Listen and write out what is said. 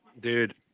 Dude